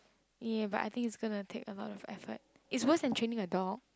ya but I think it's gonna take a lot of effort it's worse than training a dog